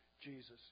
Jesus